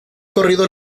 corrido